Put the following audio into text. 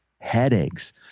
headaches